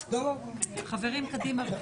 חברים, קדימה.